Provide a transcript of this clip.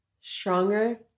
stronger